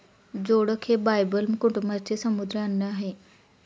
जोडक हे बायबल कुटुंबाचे समुद्री अन्न आहे